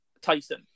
Tyson